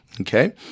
okay